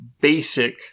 basic